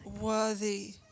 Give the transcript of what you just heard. worthy